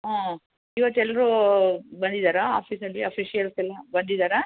ಹಾಂ ಇವತ್ತು ಎಲ್ಲರೂಬಂದಿದ್ದಾರಾ ಆಫೀಸಲ್ಲಿ ಅಫಿಷಲ್ಸೆಲ್ಲ ಬಂದಿದ್ದಾರಾ